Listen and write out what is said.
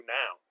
now